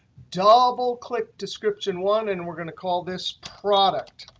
double click description one, and we're going to call this product,